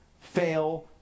fail